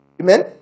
Amen